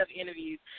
interviews